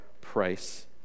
price